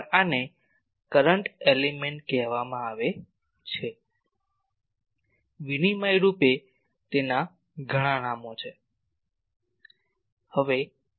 પણ આને current element કહેવામાં આવે છે વિનિમય રૂપે તેના ઘણા નામો છે